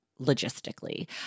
logistically